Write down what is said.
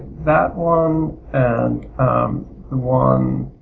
that one and the one,